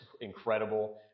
incredible